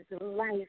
life